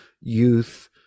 youth